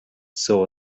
saw